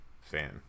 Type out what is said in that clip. fan